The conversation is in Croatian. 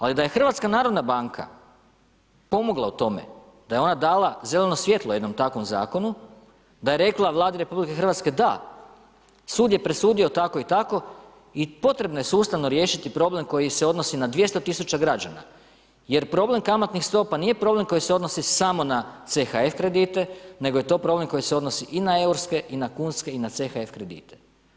Ali da je HNB pomogla u tome, da je ona dala zeleno svjetlo jednom takvom zakonu, da je rekla Vladi RH da, sud je presudio tako i tako i potrebno je sustavno riješiti problem koji se odnosi na 200.000 građana jer problem kamatnih stopa nije problem koji se odnosi samo na CHF kredite nego je to problem koji se odnosi i na eurske i na kunske i na CHF kredite.